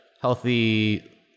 healthy